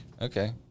Okay